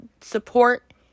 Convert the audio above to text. support